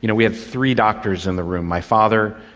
you know we had three doctors in the room, my father,